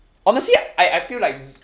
honestly I I feel like z~